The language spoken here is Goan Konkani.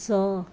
स